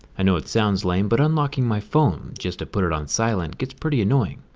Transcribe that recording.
i know it sounds lame, but unlocking my phone just to put it on silent gets pretty annoying.